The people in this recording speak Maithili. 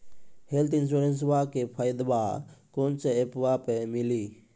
हेल्थ इंश्योरेंसबा के फायदावा कौन से ऐपवा पे मिली?